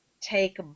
take